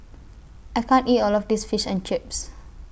I can't eat All of This Fish and Chips